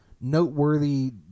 noteworthy